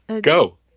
Go